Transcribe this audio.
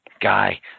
Guy